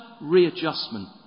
readjustment